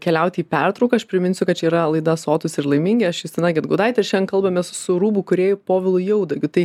keliauti į pertrauką aš priminsiu kad čia yra laida sotūs ir laimingi aš justina gedgaudaitė šiandien kalbamės su rūbų kūrėju povilu jaudagiu tai